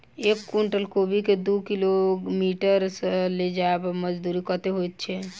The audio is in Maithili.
एक कुनटल कोबी केँ दु किलोमीटर लऽ जेबाक मजदूरी कत्ते होइ छै?